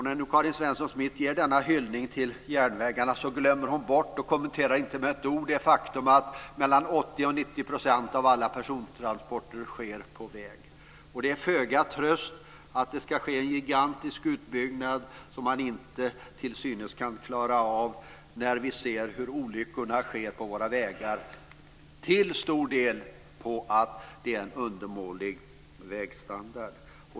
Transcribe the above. När nu Karin Svenson Smith gör denna hyllning till järnvägarna glömmer hon bort, och kommenterar inte med ett ord, det faktum att mellan 80 % och 90 % av alla persontransporter sker på väg. Det är en dålig tröst att det ska ske en gigantisk utbyggnad som man till synes inte kan klara av när vi ser hur olyckorna sker på våra vägar - till stor del beroende på att det är en undermålig vägstandard.